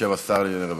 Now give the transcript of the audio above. בשם שר הרווחה.